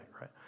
right